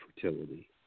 fertility